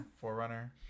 Forerunner